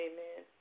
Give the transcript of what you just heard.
Amen